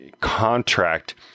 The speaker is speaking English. contract